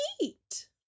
eat